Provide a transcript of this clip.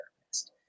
therapist